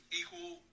equal